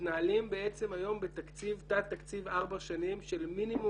מתנהלים בעצם היום בתת תקציב ארבע שנים של מינימום